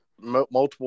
multiple